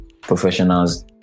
professionals